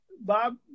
Bob